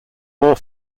more